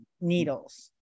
needles